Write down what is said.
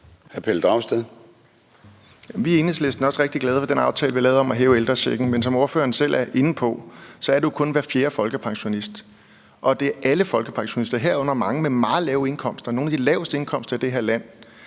Pelle Dragsted (EL): I Enhedslisten er vi også rigtig glade for den aftale, vi har lavet om at hæve ældrechecken. Men som ordføreren selv er inde på, er det jo kun hver fjerde folkepensionist, og det er alle folkepensionister, herunder mange med meget lave indkomster, nogle af de laveste indkomster i det her land,